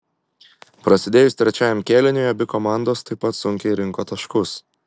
prasidėjus trečiajam kėliniui abi komandos taip pat sunkiai rinko taškus